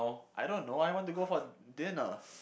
I don't know I want to go for dinner